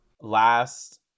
last